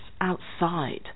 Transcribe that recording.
outside